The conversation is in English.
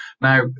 Now